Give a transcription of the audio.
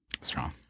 strong